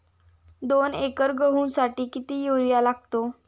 दोन एकर गहूसाठी किती युरिया लागतो?